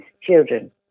children